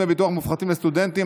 דמי ביטוח מופחתים לסטודנטים),